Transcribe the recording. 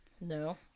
No